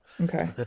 Okay